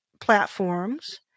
platforms